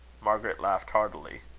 margaret laughed heartily.